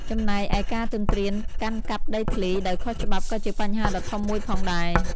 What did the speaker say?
ចំណែកឯការទន្ទ្រានកាន់កាប់ដីធ្លី ដោយខុសច្បាប់ក៏ជាបញ្ហាដ៏ធំមួយផងដែរ។